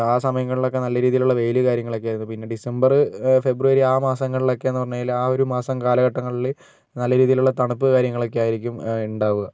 ആ സമയങ്ങളിലൊക്കെ നല്ല രീതിയിലുള്ള വെയില് കാര്യങ്ങളൊക്കെ ആയിരുന്നു പിന്നെ ഡിസംബറ് ഫെബ്രുവരി ആ മാസങ്ങളിലൊക്കെയെന്ന് പറഞ്ഞാൽ ആ ഒരു മാസം കാലഘട്ടങ്ങളില് നല്ല രീതിയിലുള്ള തണുപ്പ് കാര്യങ്ങളൊക്കെയായിരിക്കും ഉണ്ടാവുക